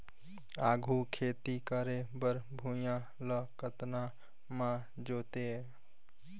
आघु खेती करे बर भुइयां ल कतना म जोतेयं?